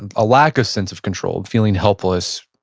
and a lack of sense of control, feeling helpless,